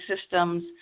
systems